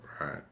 Right